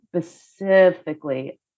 specifically